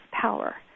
power